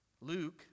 Luke